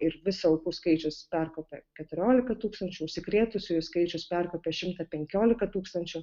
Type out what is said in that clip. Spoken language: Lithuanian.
ir viso aukų skaičius perkopė keturioliką tūkstančių užsikrėtusiųjų skaičius perkopė šimtą penkioliką tūkstančių